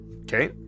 Okay